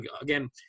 again